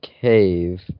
cave